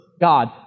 God